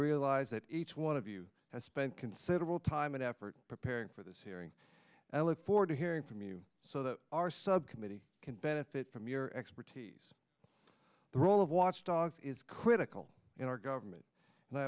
realize that each one of you has spent considerable time and effort preparing for this hearing i look forward to hearing from you so that our subcommittee can benefit from your expertise the role of watchdog is critical in our government and i